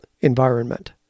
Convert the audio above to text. environment